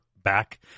back